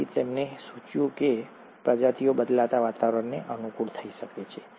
તેથી તેમણે સૂચવ્યું કે પ્રજાતિઓ બદલાતા વાતાવરણને અનુકુળ થઈ શકે છે